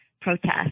protest